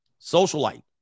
Socialite